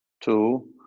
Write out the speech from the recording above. two